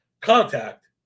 contact